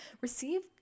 Receive